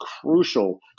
crucial